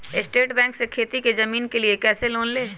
State bank से खेती की जमीन के लिए कैसे लोन ले?